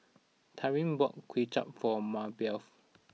Tyrin bought Kuay Chap for Maribeth